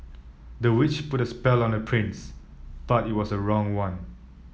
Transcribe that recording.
the witch put a spell on the prince but it was the wrong one